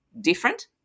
different